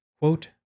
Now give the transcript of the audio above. quote